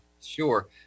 Sure